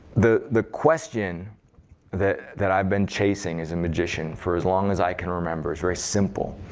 the the question that that i've been chasing as a magician for as long as i can remember is very simple.